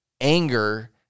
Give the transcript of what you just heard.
anger